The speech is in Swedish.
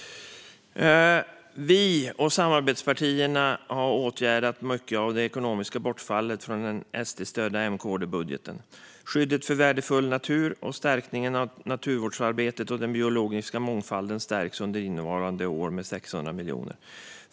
Vi och samarbetspartierna har åtgärdat mycket av det ekonomiska bortfallet från den SD-stödda M-KD-budgeten. Skyddet för värdefull natur och stärkningen av naturvårdsarbetet och den biologiska mångfalden stärks under innevarande år med 600 miljoner.